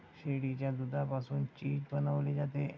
शेळीच्या दुधापासून चीज बनवले जाते